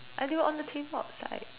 I do on the table outside